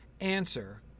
Answer